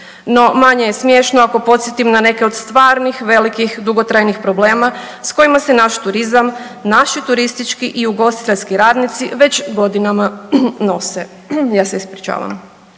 No, manje je smješno ako podsjetim na neke od stvarnih, velikih, dugotrajnih problema s kojima se naš turizam, naši turistički i ugostiteljski radnici već godinama nose. Ja se ispričavam.